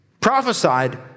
Prophesied